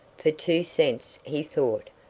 for two cents, he thought,